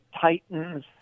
titans